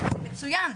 מצוין,